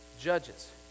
Judges